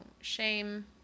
shame